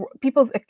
people's